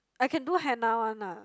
I can do henna one lah